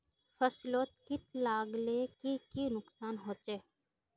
फसलोत किट लगाले की की नुकसान होचए?